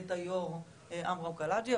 את יושב הראש עמרם קלעג'י,